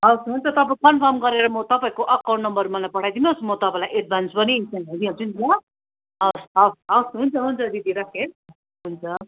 हवस् हुन्छ तपाईँ कन्फर्म गरेर म तपाईँहरूको अकाउन्ट नम्बर मलाई पठाइदिनुहोस् म तपाईँलाई एडभान्स पनि त्यहाँ हालिदिइहाल्छु नि ल हवस् हवस् हवस् हुन्छ हुन्छ दिदी राखेँ है हुन्छ